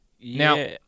Now